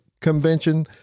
convention